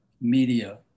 media